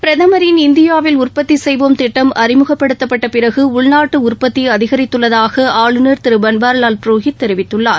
பிரதமின் இந்தியாவில் உற்பத்தி செய்வோம் திட்டம் அறிமுகப்படுத்தப்பட்டப் பிறகு உள்நாட்டு உற்பத்தி அதிகரித்துள்ளதாக ஆளுந் திரு பள்வாரிலால் புரோஹித் தெரிவித்கள்ளார்